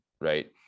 Right